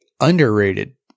underrated